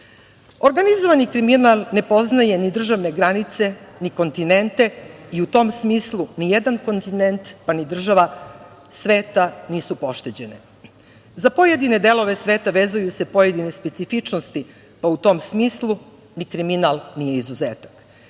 novca“.Organizovani kriminal ne poznaje ni državne granice, ni kontinente i u tom smislu nijedan kontinent, pa ni država sveta nisu pošteđene. Za pojedine delove sveta vezuju se pojedine specifičnosti, pa u tom smislu ni kriminal nije izuzetak.